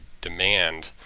demand